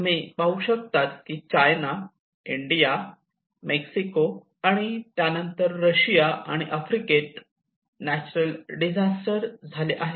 तुम्ही पाहू शकतात की चायना इंडिया मेक्सिको आणि त्यानंतर रशिया आणि आफ्रिकेत नॅचरल डिझास्टर झाले आहेत